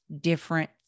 different